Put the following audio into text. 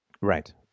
Right